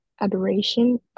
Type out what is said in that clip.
Adoration